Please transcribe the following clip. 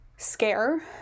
scare